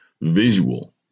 Visual